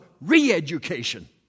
re-education